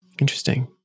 Interesting